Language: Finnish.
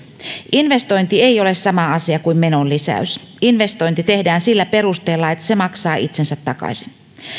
investointi ei ole sama asia kuin menon lisäys investointi tehdään sillä perusteella että se maksaa itsensä takaisin